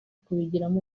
kubigiramo